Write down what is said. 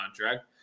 contract